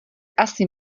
asi